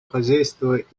хозяйства